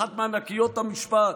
אחת מענקיות המשפט,